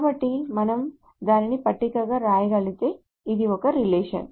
కాబట్టి మనం దానిని పట్టికగా వ్రాయగలిగితే ఇది ఒకే రిలేషన్